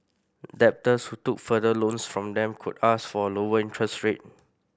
debtors who took further loans from them could ask for a lower interest rate